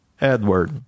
Edward